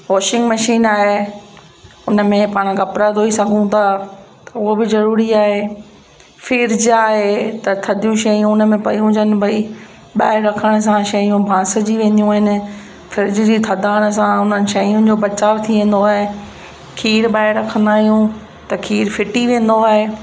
washing machine आहे उन में पाण कपिड़ा धोई सघूं था उहो बि ज़रूरी आहे फिर्ज आहे त थधियूं शयूं हुन में पई हुजनि भई ॿाहिरि रखण सां शयूं बांसजी वेंदियूं आहिनि फिर्ज जी थदाण सां उन्हनि शयुनि जो बचाव थी वेंदो आहे खीर ॿाहिरि रखंदा आहियूं त खीर फिटी वेंदो आहे